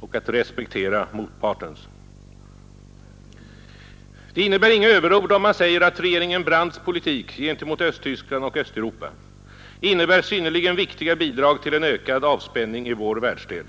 och respektera motpartens. Det innebär inga överord om man säger att regeringen Brandts politik gentemot Östtyskland och Östeuropa innebär synnerligen viktiga bidrag till en ökad avspänning i vår världsdel.